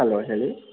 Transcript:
hello ಹೇಳಿ